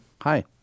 Hi